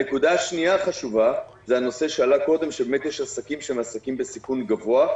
הנקודה השנייה החשובה היא הנושא שעלה קודם שיש עסקים בסיכון גבוה.